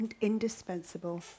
indispensable